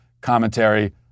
commentary